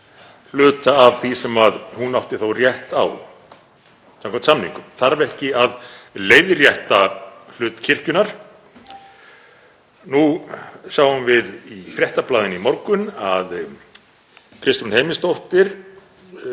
hluta af því sem hún átti þó rétt á samkvæmt samningum? Þarf ekki að leiðrétta hlut kirkjunnar? Nú sáum við í Fréttablaðinu í morgun að Kristrún Heimisdóttir